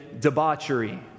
debauchery